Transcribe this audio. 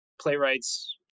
playwrights